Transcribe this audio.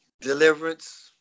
Deliverance